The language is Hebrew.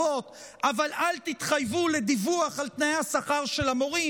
אל תיקחו רק את ההטבות אבל אל תתחייבו לדיווח על תנאי השכר של המורים,